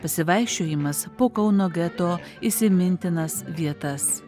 pasivaikščiojimas po kauno geto įsimintinas vietas